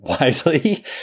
wisely